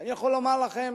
ואני יכול לומר לכם